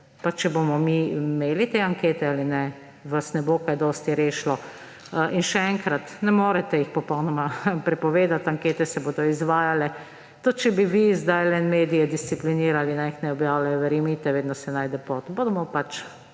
če bomo mi imeli te ankete ali ne, vas ne bo kaj dosti rešilo. In še enkrat. Ne morete jih popolnoma prepovedati, ankete se bodo izvajale. Tudi če bi vi zdajle medije disciplinirali, naj jih ne objavljajo, verjemite, vedno se najde pot.